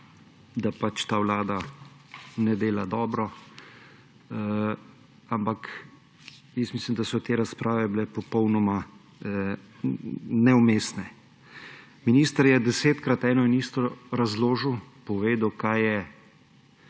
da pač ta vlada ne dela dobro, ampak mislim, da so te razprave bile popolnoma neumestne. Minister je desetkrat eno in isto razložil, povedal, kaj je